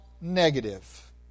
negative